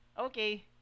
okay